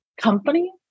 company